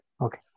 Okay